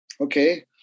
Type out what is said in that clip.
Okay